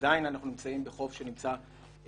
עדיין אנחנו נמצאים בחוב שנמצא בפיגור.